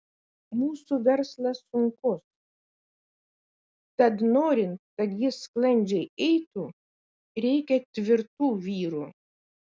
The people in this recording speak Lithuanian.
mūsų verslas sunkus tad norint kad jis sklandžiai eitų reikia tvirtų vyrų